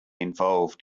involved